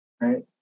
Right